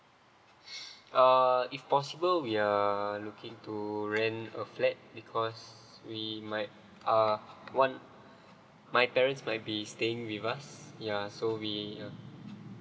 uh if possible we err looking to rent a flat because we might uh one my parents might be staying with us ya so we uh